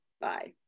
Bye